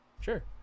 sure